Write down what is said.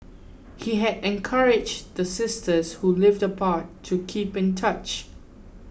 he had encouraged the sisters who lived apart to keep in touch